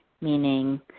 meaning